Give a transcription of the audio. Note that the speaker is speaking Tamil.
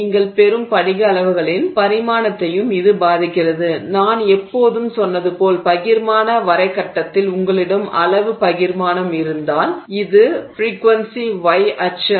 நீங்கள் பெறும் படிக அளவுகளின் பகிர்மானத்தையும் விநியோகத்தையும் இது பாதிக்கிறது நான் எப்போதும் சொன்னது போல பகிர்மான வரைக்கட்டத்தில் உங்களிடம் அளவு பகிர்மானம் X அச்சு இருந்தால் இது ஃபிரிக்கொன்சி Y அச்சு ஆகும்